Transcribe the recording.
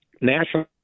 national